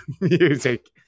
music